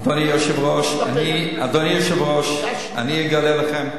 אדוני היושב-ראש, אני אגלה לכם,